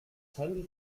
handelt